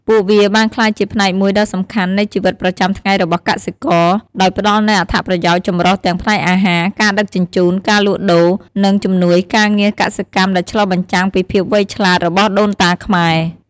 ពួកវាបានក្លាយជាផ្នែកមួយដ៏សំខាន់នៃជីវិតប្រចាំថ្ងៃរបស់កសិករ ដោយផ្ដល់នូវអត្ថប្រយោជន៍ចម្រុះទាំងផ្នែកអាហារ ការដឹកជញ្ជូន ការលក់ដូរ និងជំនួយការងារកសិកម្មដែលឆ្លុះបញ្ចាំងពីភាពវៃឆ្លាតរបស់ដូនតាខ្មែរ។